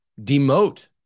demote